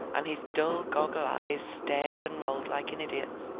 and his dull goggle-eyes stared and rolled like an idiot's.